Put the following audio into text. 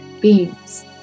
beings